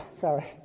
Sorry